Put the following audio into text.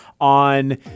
On